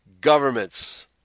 governments